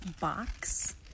box